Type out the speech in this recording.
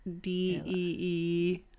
d-e-e